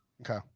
Okay